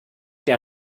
der